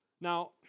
Now